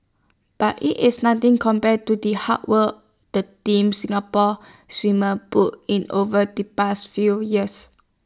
but IT is nothing compared to the hard work the Team Singapore swimmers put in over the past few years